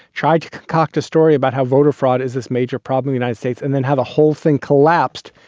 tried to concoct a story about how voter fraud is this major problem, united states, and then how the whole thing collapsed,